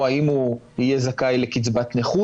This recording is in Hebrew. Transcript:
או האם יהיה זכאי לקצבת נכות?